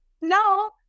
no